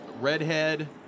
Redhead